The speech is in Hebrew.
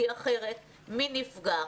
כי אחרת מי נפגע?